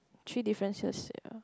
three differences here